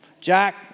Jack